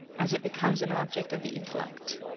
as it becomes an object of the intellect.